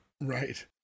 Right